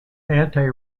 anti